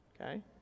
Okay